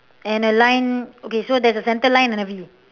and a line okay so there's a center line and a V